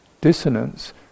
dissonance